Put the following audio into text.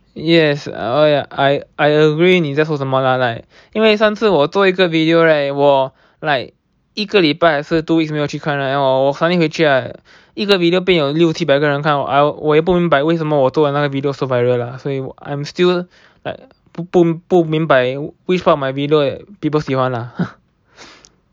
yes I I agree 你在说什么啦 like 因为上次我做一个 video right 我 like 一个礼拜还是 two weeks 没有去看 right 我 suddenly 回去 right 一个 video 被有六七百个人看我也不明白为什么我这个 video so viral lah 所以 I'm still like 不不不明白 which part of my video people 喜欢啦